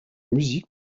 musiques